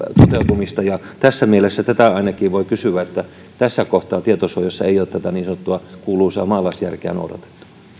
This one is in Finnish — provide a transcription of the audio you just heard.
toteutumista tässä mielessä ainakin voi sanoa että tässä kohtaa tietosuojassa ei ole niin sanottua kuuluisaa maalaisjärkeä noudatettu